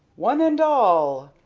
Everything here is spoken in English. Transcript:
one and all!